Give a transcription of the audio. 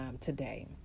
today